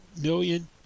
million